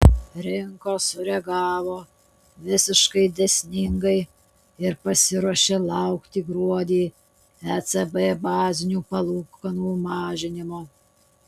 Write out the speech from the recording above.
rinkos sureagavo visiškai dėsningai ir pasiruošė laukti gruodį ecb bazinių palūkanų mažinimo